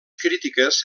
crítiques